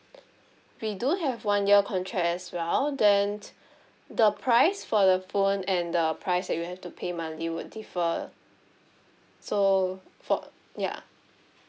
we do have one year contract as well then the price for the phone and the price that you'll have to pay monthly would differ so for ya